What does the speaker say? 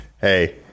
Hey